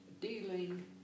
dealing